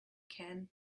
can